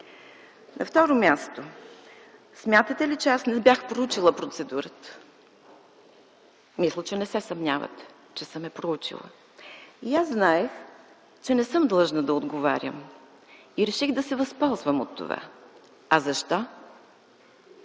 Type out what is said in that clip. На второ място, смятате ли, че аз не бях проучила процедурата? Мисля, че не се съмнявате, че съм я проучила. Аз знаех, че не съм длъжна да отговарям и реших да се възползвам от това. А защо?